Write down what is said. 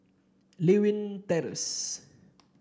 Lewin Terrace